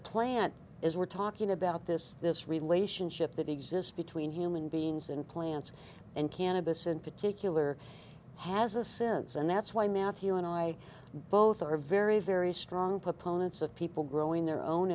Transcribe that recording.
plant is we're talking about this this relationship that exists between human beings and plants and cannabis in particular has a sense and that's why matthew and i both are very very strong proponents of people growing their own